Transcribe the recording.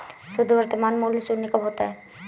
शुद्ध वर्तमान मूल्य शून्य कब होता है?